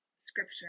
scripture